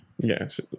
Yes